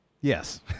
Yes